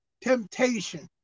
temptation